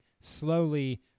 slowly